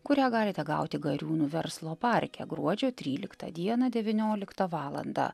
kurią galite gauti gariūnų verslo parke gruodžio tryliktą dieną devynioliktą valandą